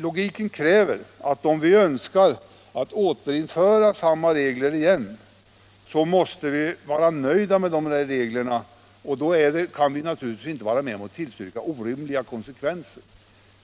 Logiken kräver att om vi önskar återinföra samma regler så måste vi vara nöjda med de reglerna. Då kan vi naturligtvis inte vara med om att tillstyrka orimliga konsekvenser.